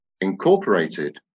incorporated